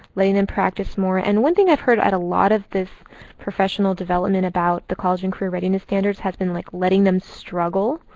letting them practice more. and one thing i've heard at a lot of this professional development about the college and career readiness standards, has been like letting them struggle.